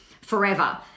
forever